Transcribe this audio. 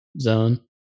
zone